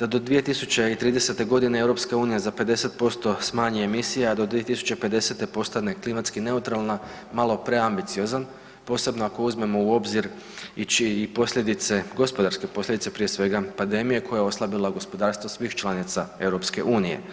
da do 2030. godine EU za 50% smanji emisije, a do 2050. postane klimatski neutralna, malo preambiciozan posebno ako uzmemo u obzir i posljedice, gospodarske posljedice prije pandemije koja je oslabila gospodarstvo svih članica EU.